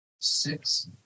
six